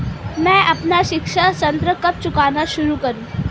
मैं अपना शिक्षा ऋण कब चुकाना शुरू करूँ?